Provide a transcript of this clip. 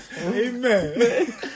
Amen